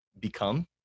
become